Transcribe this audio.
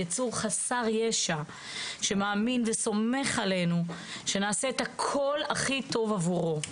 יצור חסר ישע שמאמין וסומך עלינו שנעשה הכול הכי טוב עבורו,